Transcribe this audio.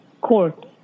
court